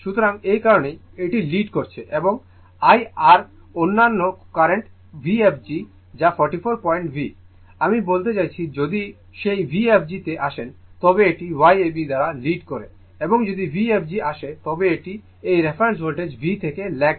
সুতরাং এই কারণেই এটি লিড করছে এবং I আর অন্যান্য কারেন্ট Vfg যা 44 পয়েন্ট V আমি বলতে চাইছি যদি সেই Vfg তে আসেন তবে এটি Y ab দ্বারা লিড করে এবং যদি Vfg আসে তবে এটি এই রেফারেন্স ভোল্টেজ V থেকে ল্যাগ করে